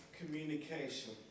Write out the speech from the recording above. communication